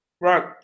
Right